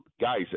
guys